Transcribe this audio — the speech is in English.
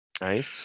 Nice